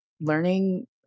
learning